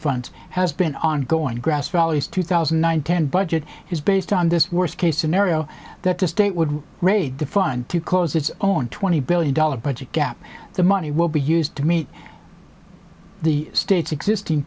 fund has been ongoing grass valleys two thousand and nine ten budget is based on this worst case scenario that the state would raid the fund to close its own twenty billion dollars budget gap the money will be used to meet the state's existing